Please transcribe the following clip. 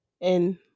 And-